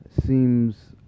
seems